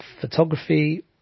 photography